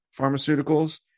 pharmaceuticals